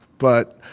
but